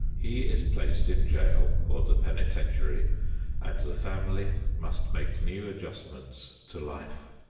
he is placed in jail or the penitentiary and the family must make new adjustments to life.